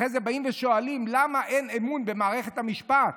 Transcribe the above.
אחרי זה באים ושואלים למה אין אמון במערכת המשפט.